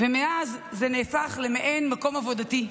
ומאז זה נהפך למעין מקום עבודתי,